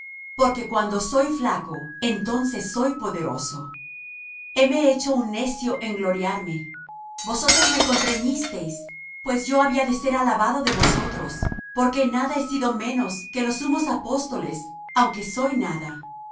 porque cuando soy flaco entonces soy poderoso heme hecho un necio en gloriarme vosotros me constreñisteis pues yo había de ser alabado de vosotros porque en nada he sido menos que los sumos apóstoles aunque soy nada